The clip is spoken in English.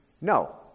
No